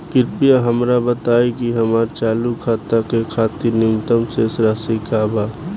कृपया हमरा बताइ कि हमार चालू खाता के खातिर न्यूनतम शेष राशि का बा